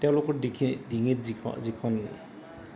তেওঁলোকৰ ডিঙিত যিখন যিখন